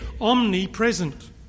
omnipresent